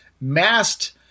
masked